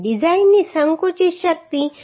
ડિઝાઇનની સંકુચિત શક્તિ 135